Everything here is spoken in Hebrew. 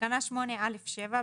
בתקנה 8א(7),